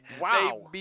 Wow